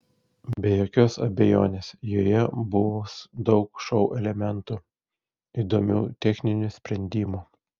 be jokios abejonės joje bus daug šou elementų įdomių techninių sprendimų